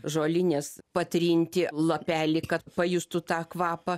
žolinės patrinti lapelį kad pajustų tą kvapą